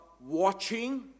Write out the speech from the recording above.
watching